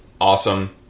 awesome